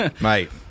mate